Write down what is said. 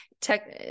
tech